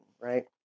right